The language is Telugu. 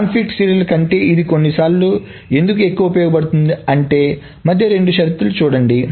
కాన్ఫ్లిక్ట్ సీరియలైజబుల్ కంటే ఇది కొన్నిసార్లు ఎందుకు ఎక్కువ ఉపయోగపడుతుంది అంటే మధ్య రెండు షరతులను చూడండి